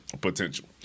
potential